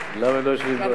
למה הם לא יושבים, נא להמשיך.